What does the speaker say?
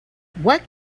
what